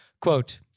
quote